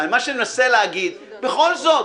מה שאני מנסה להגיד: בכל זאת,